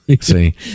See